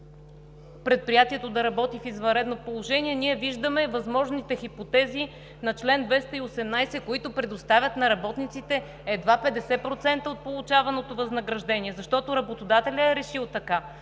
предприятието да работи в извънредно положение, ние виждаме възможните хипотези на чл. 218, които предоставят на работниците едва 50% от получаваното възнаграждение, защото работодателят е решил така,